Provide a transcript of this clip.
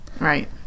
Right